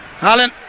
Alan